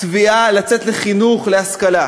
לתבוע לצאת לחינוך ולהשכלה.